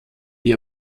die